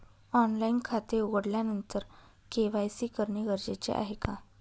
Online खाते उघडल्यानंतर KYC करणे गरजेचे आहे का?